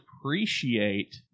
appreciate